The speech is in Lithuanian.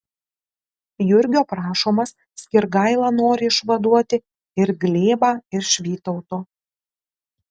jurgio prašomas skirgaila nori išvaduoti ir glėbą iš vytauto